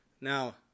Now